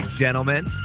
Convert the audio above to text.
gentlemen